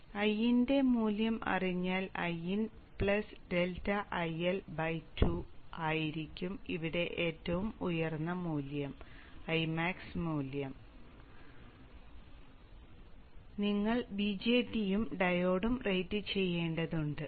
അതിനാൽ Iin ന്റെ മൂല്യം അറിഞ്ഞാൽ Iin ∆ IL 2ആയിരിക്കും ഇവിടെ ഏറ്റവും ഉയർന്ന മൂല്യം Imax മൂല്യം അത് Imax മൂല്യം ആയിരിക്കും നിങ്ങൾ BJT യും ഡയോഡും റേറ്റുചെയ്യേണ്ടതുണ്ട്